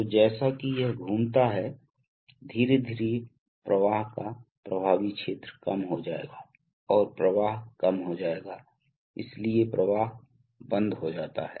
तो जैसा कि यह घूमता है धीरे धीरे प्रवाह का प्रभावी क्षेत्र कम हो जाएगा और प्रवाह कम हो जाएगा इसलिए प्रवाह बंद हो जाता है